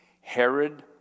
Herod